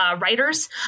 writers